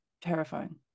terrifying